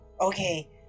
okay